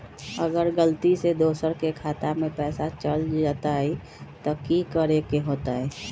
अगर गलती से दोसर के खाता में पैसा चल जताय त की करे के होतय?